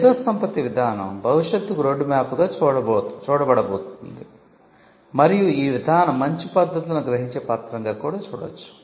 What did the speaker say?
మేధోసంపత్తి విధానం భవిష్యత్కు రోడ్ మ్యాప్గా చూడబడుతోంది మరియు ఈ విధానం మంచి పద్ధతులను గ్రహించే పత్రంగా కూడా చూడవచ్చు